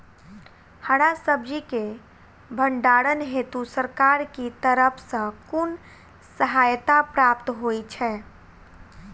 हरा सब्जी केँ भण्डारण हेतु सरकार की तरफ सँ कुन सहायता प्राप्त होइ छै?